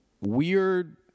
weird